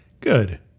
Good